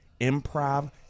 improv